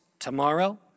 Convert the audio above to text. Tomorrow